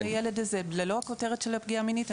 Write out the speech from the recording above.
לילד הזה ללא הכותרת של הפגיעה המינית.